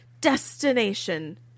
Destination